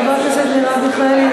חברת הכנסת מרב מיכאלי,